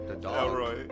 Elroy